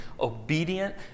obedient